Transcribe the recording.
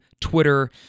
Twitter